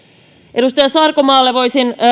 edustaja sarkomaalle voisin